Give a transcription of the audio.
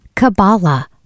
Kabbalah